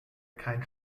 kein